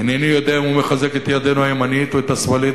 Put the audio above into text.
אינני יודע אם הוא מחזק את ידנו הימנית או את השמאלית,